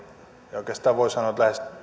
ja oikeastaan voi sanoa lähes luvannut